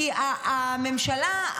כי הממשלה,